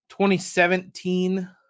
2017